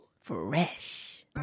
Fresh